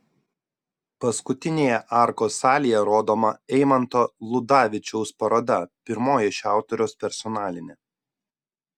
paskutinėje arkos salėje rodoma eimanto ludavičiaus paroda pirmoji šio autoriaus personalinė